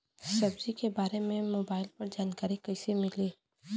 सब्जी के बारे मे मोबाइल पर जानकारी कईसे मिली?